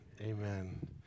amen